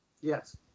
Yes